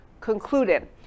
concluded